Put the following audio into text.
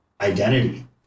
identity